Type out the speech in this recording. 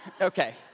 Okay